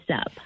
up